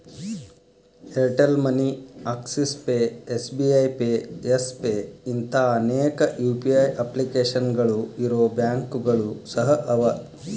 Airtel money Axis pay SBI pay Yes pay ಇಂಥಾ ಅನೇಕ UPI ಅಪ್ಲಿಕೇಶನ್ಗಳು ಇರೊ ಬ್ಯಾಂಕುಗಳು ಸಹ ಅವ